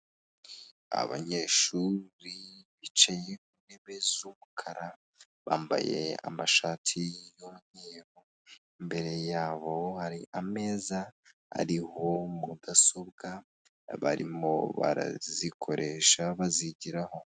Abanyeshuri bicaye ku ntebe z'umukara bambaye amashati y'umweru imbere yabo hari ameza ariho mu dasobwa barimo barazikoresha bazigiraho.